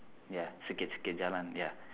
ya sikit-sikit jalan ya